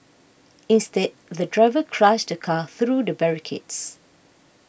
instead the driver crashed the car through the barricades